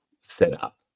setup